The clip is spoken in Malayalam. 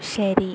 ശരി